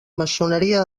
maçoneria